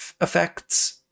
effects